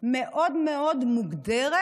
מאוד מאוד מוגדרת,